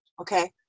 Okay